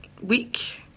week